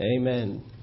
Amen